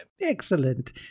Excellent